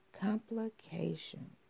complications